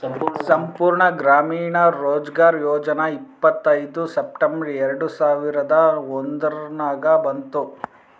ಸಂಪೂರ್ಣ ಗ್ರಾಮೀಣ ರೋಜ್ಗಾರ್ ಯೋಜನಾ ಇಪ್ಪತ್ಐಯ್ದ ಸೆಪ್ಟೆಂಬರ್ ಎರೆಡ ಸಾವಿರದ ಒಂದುರ್ನಾಗ ಬಂತು